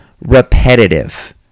repetitive